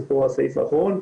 זה הסעיף האחרון,